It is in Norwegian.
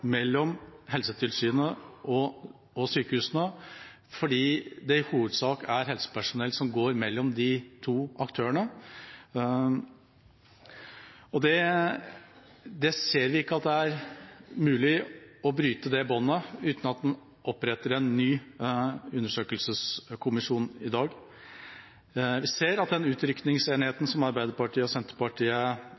mellom Helsetilsynet og sykehusene fordi det i hovedsak er helsepersonell som går mellom de to aktørene. Vi ser ikke at det er mulig å bryte det båndet uten at en oppretter en ny undersøkelseskommisjon i dag. Vi ser at den utrykningsenheten